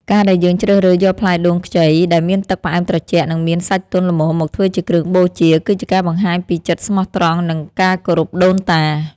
ការដែលយើងជ្រើសរើសយកផ្លែដូងខ្ចីដែលមានទឹកផ្អែមត្រជាក់ និងមានសាច់ទន់ល្មមមកធ្វើជាគ្រឿងបូជា គឺជាការបង្ហាញពីចិត្តស្មោះត្រង់ និងការគោរពដូនតា។